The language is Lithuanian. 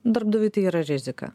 darbdaviui tai yra rizika